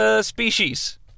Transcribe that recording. species